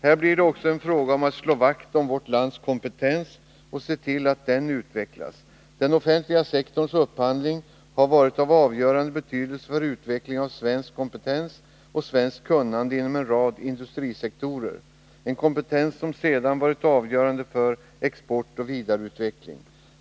Här blir det också en fråga om att slå vakt om vårt lands kompetens och se till att den utvecklas. Den offentliga sektorns upphandling har varit av avgörande betydelse för utveckling av svensk kompetens och svenskt kunnande inom en rad industrisektorer — en kompetens som sedan varit avgörande för export och vidareutveckling.